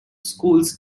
schools